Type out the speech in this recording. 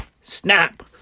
snap